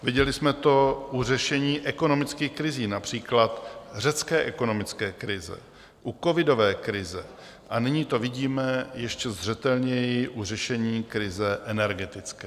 Viděli jsme to u řešení ekonomických krizí, například řecké ekonomické krize, u covidové krize a nyní to vidíme ještě zřetelněji u řešení krize energetické.